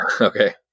Okay